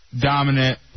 dominant